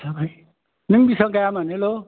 नों बेसां गायामोन हेल'